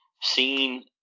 seen